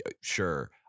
Sure